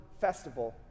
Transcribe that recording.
festival